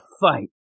fight